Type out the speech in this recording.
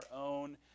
own